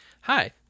hi